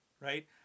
right